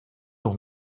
noch